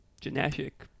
genetic